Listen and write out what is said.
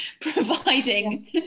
providing